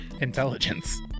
Intelligence